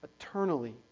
eternally